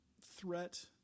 threat